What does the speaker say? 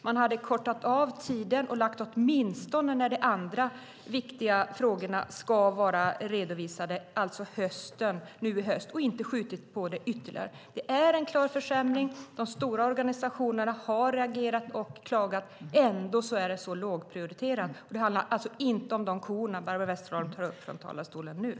Man skulle ha kortat av tiden och lagt slutdatum samtidigt som de andra viktiga frågorna, alltså nu i höst, och inte skjutit på det ytterligare. Det har blivit en klar försämring. De stora organisationerna har reagerat och klagat, och ändå är det så lågprioriterat. Det handlar alltså inte om kor, Barbro Westerholm.